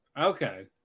Okay